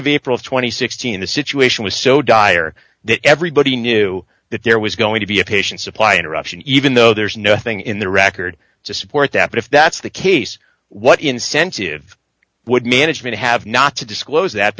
and sixteen the situation was so dire that everybody knew that there was going to be a patient supply interruption even though there's nothing in the record to support that but if that's the case what incentive would management have not to disclose that